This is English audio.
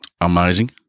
Amazing